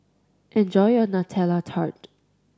enjoy your Nutella Tart